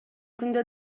күндө